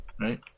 Right